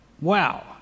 Wow